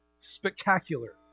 Spectacular